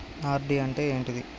RD అంటే ఏంటిది?